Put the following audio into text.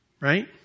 Right